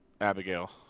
Abigail